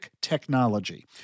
technology